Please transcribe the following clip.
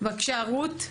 בבקשה רות.